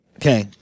Okay